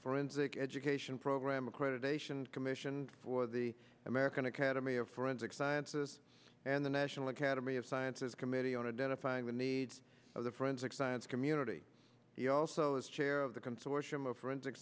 forensic education program accreditation commission for the american academy of forensic sciences and the national academy of sciences committee on identifying the needs of the forensic science community he also is chair of the consortium of forensic